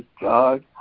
God